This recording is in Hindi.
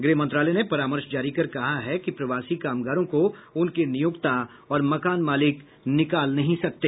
गृह मंत्रालय ने परामर्श जारी कर कहा है कि प्रवासी कामगारों को उनके नियोक्ता और मकान मालिक निकाल नहीं सकते